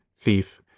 Thief